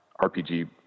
RPG